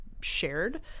shared